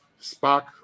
Spock